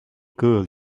girl